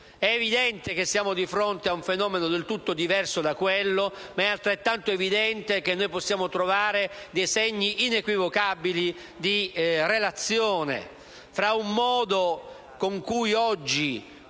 È evidente che siamo di fronte ad un fenomeno del tutto diverso da quello, ma è altrettanto evidente che possiamo trovare segni inequivocabili di relazione con quel